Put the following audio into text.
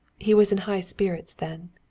he was in high spirits then.